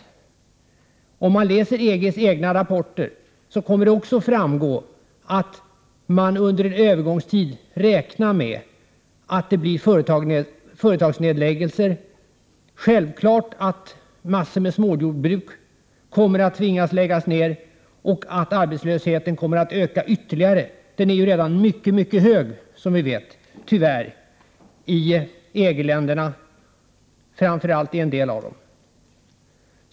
Om man läser EG:s egna rapporter kommer det också att framgå att man under en övergångstid räknar med att det blir företagsnedläggelser, att det är självklart att mängder av småjordbruk kommer att tvingas att läggas ned och att arbetslösheten kommer att öka ytterligare. Den är ju redan, som vi vet, tyvärr mycket hög i EG-länderna, framför allt i en del av dem.